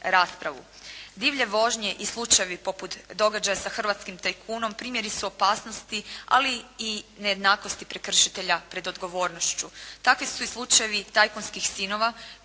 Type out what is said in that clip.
Divlje vožnje i slučajevi poput događaja sa hrvatskim tajkunom primjeri su opasnosti ali i nejednakosti prekršitelja pred odgovornošću. Takvi su i slučajevi tajkunskih sinova